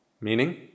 Meaning